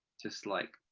just like,